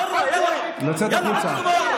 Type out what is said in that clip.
לצאת החוצה.